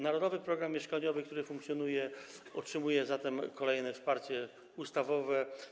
Narodowy program mieszkaniowy”, który funkcjonuje, otrzymuje zatem kolejne wsparcie ustawowe.